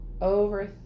over